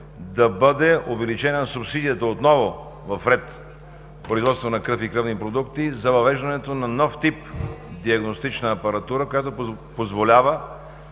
да бъде увеличена субсидията отново в ред „Производство на кръв и кръвни продукти“ за въвеждането на нов тип диагностична апаратура, която позволява